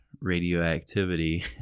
radioactivity